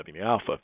alpha